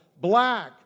black